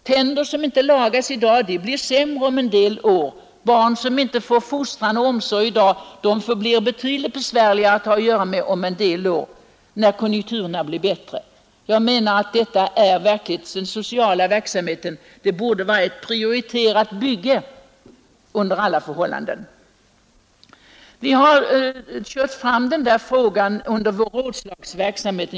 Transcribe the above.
Tänder som inte lagas i dag, blir sämre om en del år, barn som inte får fostran och omsorg i dag, blir betydligt besvärligare att ha att göra med om en del år, när konjunkturerna kanske är bättre, Jag menar att denna sociala verksamhet borde vara ett ”prioriterat bygge” under alla förhållanden. Vi på socialdemokratiskt håll har kört fram den frågan under vår rådslagsverksamhet.